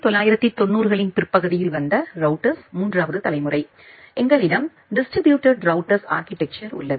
1990 களின் பிற்பகுதியில் வந்த ரௌட்டர்ஸ் 3 வது தலைமுறை எங்களிடம் டிஸ்ட்ரிபியூட்டேட் ரௌட்டர்ஸ் ஆர்கிடெக்சர் உள்ளது